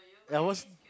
I almost